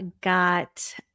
got